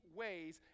ways